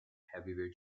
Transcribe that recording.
heavyweight